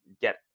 get